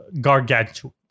gargantuan